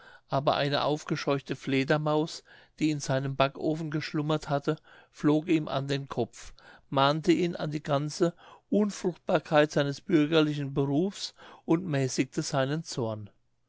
aber eine aufgescheuchte fledermaus die in seinem backofen geschlummert hatte flog ihm an den kopf mahnte ihn an die ganze unfruchtbarkeit seines bürgerlichen berufes und mäßigte seinen zorn